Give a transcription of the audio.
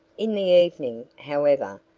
in the evening, however,